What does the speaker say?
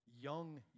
young